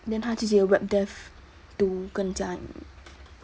then 她自己的 web development two 跟 jia ying